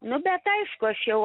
nu bet aišku aš jau